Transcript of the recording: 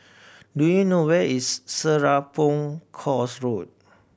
do you know where is Serapong Course Road